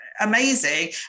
amazing